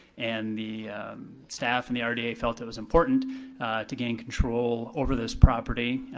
and the staff and the rda felt it was important to gain control over this property,